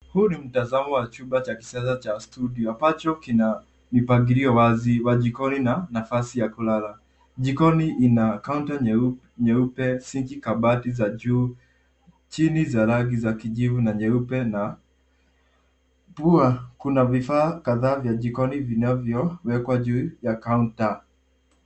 Huu ni mtazamo wa chumba cha kisasa cha studio ambacho kina mipangilio wazi wa jikoni na nafasi ya kulala. Jikoni ina kaunta nyeupe, sinki, kabati za juu chini za rangi za kijivu na nyeupe na pia kuna vifaa kadhaa vya jikoni vinavyowekwa juu ya kaunta.